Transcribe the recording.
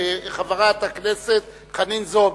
חברת הכנסת חנין זועבי.